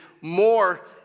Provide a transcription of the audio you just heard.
more